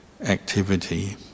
activity